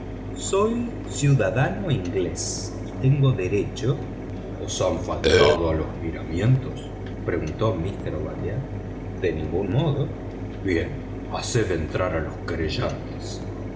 soy ciudadano inglés y tengo derecho os han faltado a los miramientos preguntó mister obadiah de ningún modo bien haced entrar a los